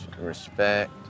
respect